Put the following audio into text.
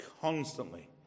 constantly